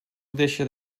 deixe